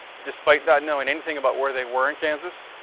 despite not knowing anything about where they were in kansas,